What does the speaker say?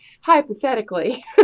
hypothetically